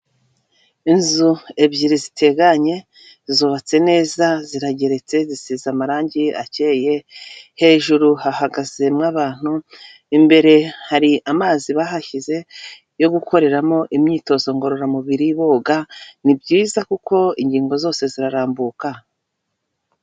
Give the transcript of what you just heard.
Inzu ebyiri ziteganye zubatse neza zirageretse zisize amarangi akeye, hejuru hahagazemo abantu imbere hari amazi bahashyize yo gukoreramo imyitozo ngororamubiri boga, ni byiza kuko ingingo zose zirarambuka.